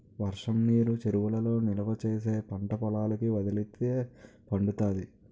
వర్షంనీరు చెరువులలో నిలవా చేసి పంటపొలాలకి వదిలితే పండుతాది